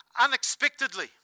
unexpectedly